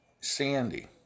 Sandy